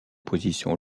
position